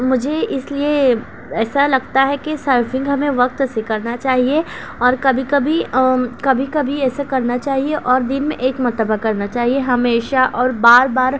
مجھے اس لیے ایسا لگتا ہے کہ سرفنگ ہمیں وقت سے کرنا چاہیے اور کبھی کبھی کبھی کبھی ایسے کرنا چاہیے اور دن میں ایک مرتبہ کرنا چاہیے ہمیشہ اور بار بار